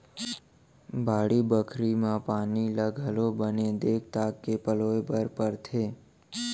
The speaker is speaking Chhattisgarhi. बाड़ी बखरी म पानी ल घलौ बने देख ताक के पलोय बर परथे